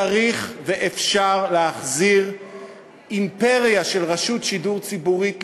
צריך ואפשר להחזיר אימפריה של רשות שידור ציבורית לכאן,